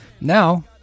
Now